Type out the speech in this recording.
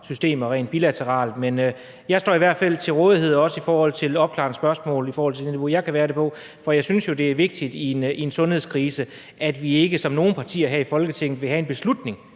systemer rent bilateralt. Men jeg står i hvert fald til rådighed også i forhold til opklarende spørgsmål på det niveau, jeg har mulighed for at gøre det på. For jeg synes jo, det er vigtigt i en sundhedskrise, at vi ikke – som nogle partier her i Folketinget – vil have en beslutning